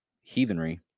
heathenry